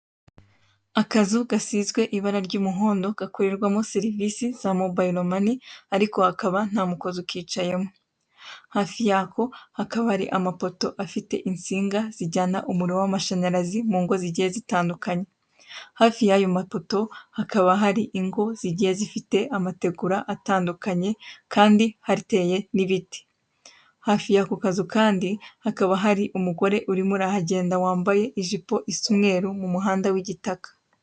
Akazu gasizwe ibara ry'umuhondo gakorerwamo serivisi za mobayiro mani ariko hakaba ari nta mukozi ukicayemo. Hafi yako hakaba hari amapoto afite insinga zijyana umuriro w'amashanyarazi mu ngo zigiye zitandukanye. Hafi y'ayo mapoto hakaba hari ingo zigiye zifite amategura atandukanye kandi hateye n'ibiti. Hafi yako kazu kandi hakaba hari umugore urimo urahagenda wambaye ijipo isa umweru mu muhanda w'igitaka.